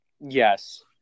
Yes